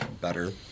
better